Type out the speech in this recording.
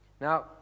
Now